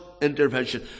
intervention